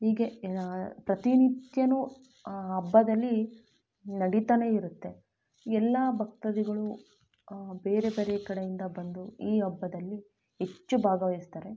ಹೀಗೆ ಏನೋ ಪ್ರತಿನಿತ್ಯನೂ ಹಬ್ಬದಲ್ಲಿ ನಡೀತಾನೇ ಇರುತ್ತೆ ಎಲ್ಲ ಭಕ್ತಾದಿಗಳು ಬೇರೆ ಬೇರೆ ಕಡೆಯಿಂದ ಬಂದು ಈ ಹಬ್ಬದಲ್ಲಿ ಹೆಚ್ಚು ಭಾಗವಹಿಸ್ತಾರೆ